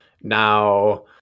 Now